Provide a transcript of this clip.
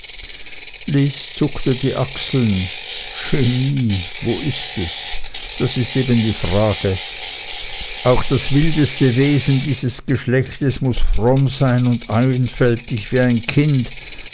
lys zuckte die achseln genie wo ist es das ist eben die frage auch das wildeste wesen dieses geschlechtes muß fromm sein und einfältig wie ein kind